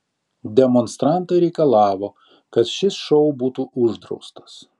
demonstrantai reikalavo kad šis šou būtų uždraustas